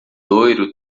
loiro